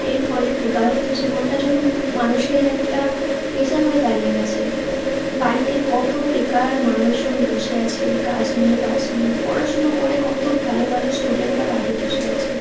এর ফলে বেকারত্ব জীবনটার জন্য মানুষের একটা পেশা হয়ে দাঁড়িয়ে গিয়েছে বাড়িতে কত বেকার মানুষজন বসে আছে কাজ নেই বাজ নেই পড়াশুনো করে কত ভালো ভালো স্টুডেন্টরা বাড়ি বসে আছে